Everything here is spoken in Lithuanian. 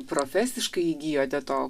profesiškai įgijote to